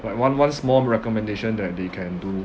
like one one small recommendation that they can do